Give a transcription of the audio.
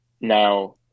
Now